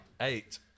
Eight